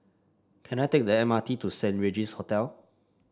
can I take the M R T to Saint Regis Hotel